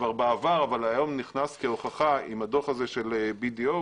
כבר בעבר אבל היום נכנס כהוכחה עם הדוח הזה של BDO,